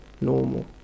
normal